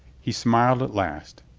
he smiled at last.